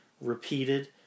repeated